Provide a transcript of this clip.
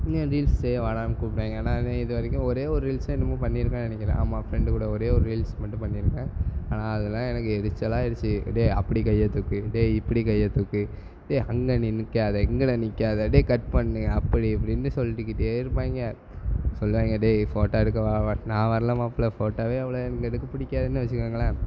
reels வாடான்னு கூப்பிடுவாய்ங்க நன் இது வரைக்கும் ஒரே ஒரு ரீல்ஸோ என்னமோ பண்ணியிருக்கேன்னு நினைக்கிறேன் ஆமாம் ஃப்ரெண்டு கூட ஒரே ஒரு ரீல்ஸு மட்டும் பண்ணியிருக்கேன் ஆனால் அதெலாம் எனக்கு எரிச்சலாக ஆயிடுச்சு டேய் அப்படி கையை தூக்கு டேய் இப்படி கைய தூக்கு டேய் டேய் அங்கே நீ நிற்காத இங்கன நிற்காத டேய் கட் பண்ணு அப்படி இப்படின்னு சொல்லிக்கிட்டே இருப்பாய்ங்க சொல்லுவாய்ங்க டேய் ஃபோட்டா எடுக்க வா வா நான் வரல மாப்பிள ஃபோட்டாவே அவ்வளோவா எனக்கு எடுக்க பிடிக்காதுன்னு வச்சிக்கோங்களேன்